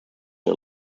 are